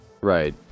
Right